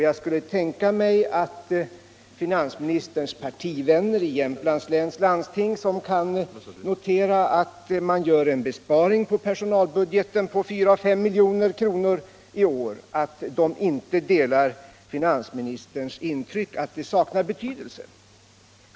Jag skulle tänka mig att finansministerns partivänner i Jämtlands läns landsting, som kan notera att man gör en besparing på personalbudgeten på 4-5 milj.kr. i år, inte delar finansministerns åsikt att det saknar betydelse.